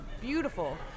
beautiful